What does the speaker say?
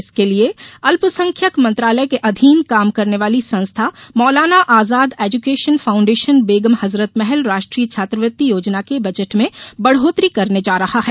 इसके लिए अल्पसंख्यक मंत्रालय के अधीन काम करने वाली संस्था मौलाना आजाद एज्केशन फाउण्डेशन बेगम हजरत महल राष्ट्रीय छात्रवृत्ति योजना के बजट में बढ़ोत्तरी करने जा रहा है